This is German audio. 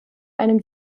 einem